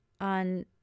On